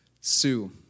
Sue